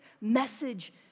message